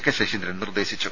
K Saseendran നിർദ്ദേശിച്ചു